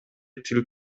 тил